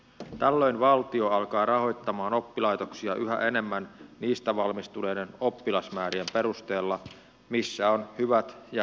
tällöin valtio alkaa rahoittamaan oppilaitoksia yhä enemmän niistä valmistuneiden oppilasmäärien perusteella missä on hyvät ja huonot puolensa